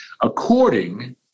According